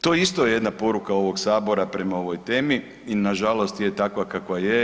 To isto je jedna poruka ovog sabora prema ovoj temi i nažalost je takva kakva je.